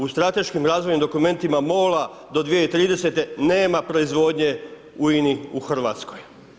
U strateškim razvojnim dokumentima MOL-a do 2030. nema proizvodnje u INA-i u Hrvatskoj.